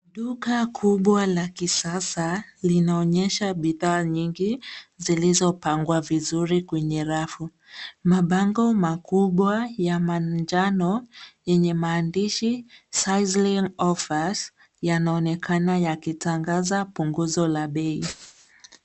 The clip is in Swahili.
Duka kubwa la kisasa linaonyesha bidhaa nyingi, zilizopangwa vizuri kwenye rafu. Mabango makubwa ya manjano, yenye maandishi, sizzling offers , yanaonekana yakitangaza punguzo la bei.